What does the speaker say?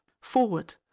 forward